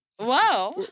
Wow